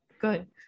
good